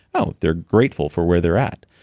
oh, they're grateful for where they're at.